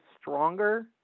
Stronger